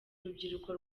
urubyiruko